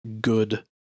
good